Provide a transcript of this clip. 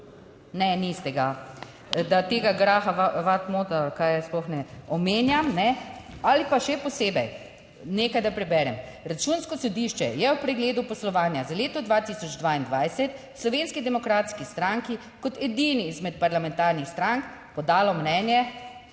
Ne, niste ga. Da tega Graha Whatmougha sploh ne omenjam, ali pa še posebej nekaj, da preberem. Računsko sodišče je ob pregledu poslovanja za leto 2022 v Slovenski demokratski stranki kot edini izmed parlamentarnih strank podalo mnenje,